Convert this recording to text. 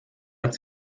hat